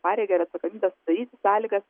pareigą ir atsakomybę sudaryti sąlygas